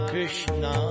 Krishna